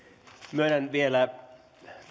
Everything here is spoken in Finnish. myönnän vielä